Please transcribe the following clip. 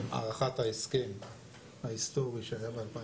הארכת ההסכם ההיסטורי שהיה ב-2012.